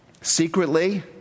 Secretly